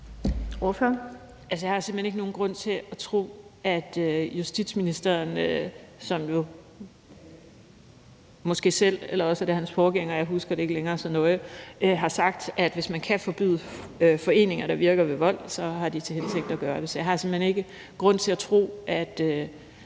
Karina Lorentzen Dehnhardt (SF): Justitsministeren har jo selv sagt – eller også er det hans forgænger, jeg husker det ikke så nøje – at hvis man kan forbyde foreninger, der virker ved vold, så har man til hensigt at gøre det. Så jeg har simpelt hen ikke nogen grund til at tro, at